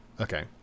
Okay